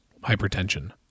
hypertension